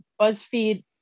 BuzzFeed